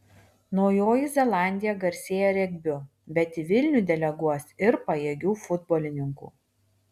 naujoji zelandija garsėja regbiu bet į vilnių deleguos ir pajėgių futbolininkų